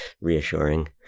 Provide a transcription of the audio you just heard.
reassuring